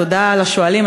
תודה לשואלים,